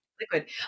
liquid